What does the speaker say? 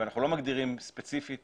ואנחנו לא מגדירים ספציפית